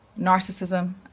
narcissism